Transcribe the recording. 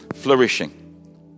flourishing